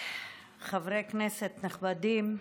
חברי כנסת נכבדים,